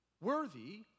worthy